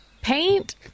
Paint